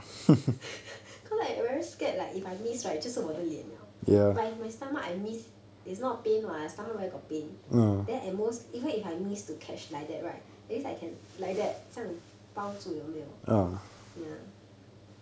because I very scared like if I miss right 就是我的脸 liao but if my stomach I miss it's not pain [what] stomach where got pain then at most even if I miss to catch like that right at least I can like that 这样抱住有没有 ya